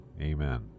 Amen